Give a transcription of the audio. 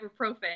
ibuprofen